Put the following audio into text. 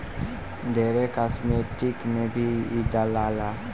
ढेरे कास्मेटिक में भी इ डलाला